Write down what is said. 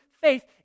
faith